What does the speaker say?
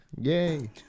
Yay